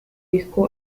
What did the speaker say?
disco